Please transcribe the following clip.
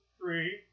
three